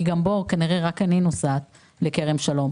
גם בו כנראה רק אני נוסעת לכרם שלום.